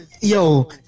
yo